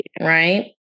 right